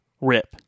Rip